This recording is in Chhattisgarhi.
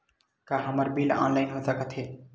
का हमर बिल ऑनलाइन हो सकत हे?